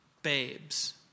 babes